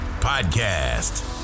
Podcast